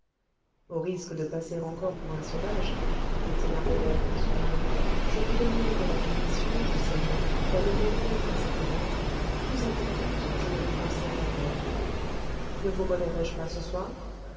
au risque de passer encore pour un sauvage dit-il à rodolphe en souriant je vous demanderai la permission monseigneur d'aller répondre à cette lettre plus importante que je ne le pensais d'abord ne vous reverrai-je pas ce soir